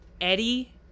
Eddie